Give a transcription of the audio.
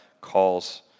calls